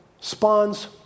spawns